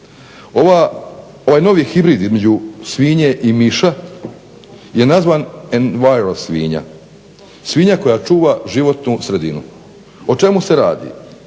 Ovaj novi hibrid između svinje i miša je nazvan envirol of svinja. Svinja koja čuva životnu sredinu. O čemu se radi?